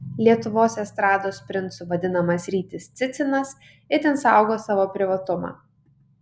lietuvos estrados princu vadinamas rytis cicinas itin saugo savo privatumą